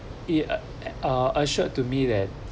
it at uh assured to me that